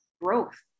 growth